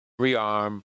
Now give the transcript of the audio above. rearm